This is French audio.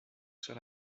sur